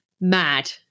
Mad